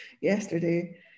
yesterday